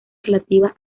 relativa